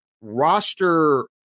roster